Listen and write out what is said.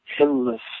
endless